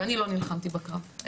ואני לא נלחמתי בקרב,